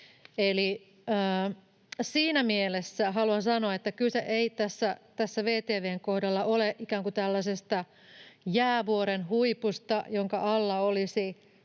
siinä mielessä haluan sanoa, että kyse ei tässä VTV:n kohdalla ole ikään kuin tällaisesta jäävuoren huipusta, jonka alla olisi